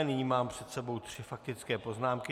Nyní mám před sebou tři faktické poznámky.